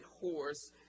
horse